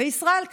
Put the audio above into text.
וישראל כץ,